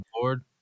board